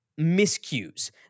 miscues